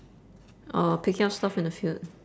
or picking up stuff in the field